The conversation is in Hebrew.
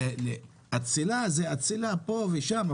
אצילה זה אצילה פה ושם,